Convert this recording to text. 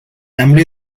hambre